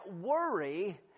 worry